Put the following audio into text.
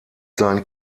sein